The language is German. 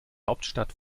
hauptstadt